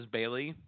Bailey